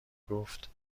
گفت